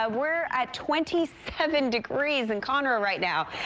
ah we're at twenty seven degrees in conroe right now.